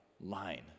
line